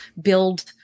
build